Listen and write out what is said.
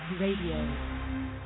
Radio